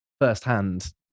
firsthand